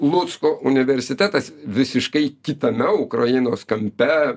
lucko universitetas visiškai kitame ukrainos kampe